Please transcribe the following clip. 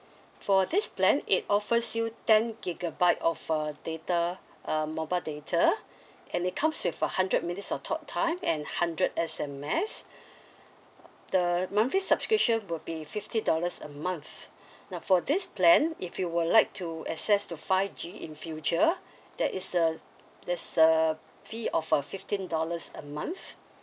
for this plan it offers you ten gigabyte of uh data um mobile data and it comes with a hundred minutes of talk time and hundred S_M_S the monthly subscription will be fifty dollars a month now for this plan if you would like to access to five G in future that is uh there's a fee of a fifteen dollars a month